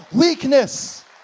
weakness